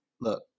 Look